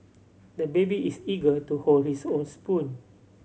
the baby is eager to hold his own spoon